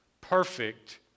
perfect